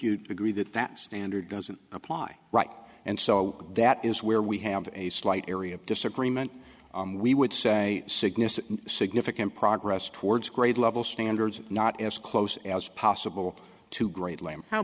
you'd agree that that standard doesn't apply right and so that is where we have a slight area of disagreement we would say significant significant progress towards grade level standards not as close as possible to grade lame